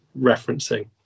referencing